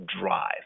drive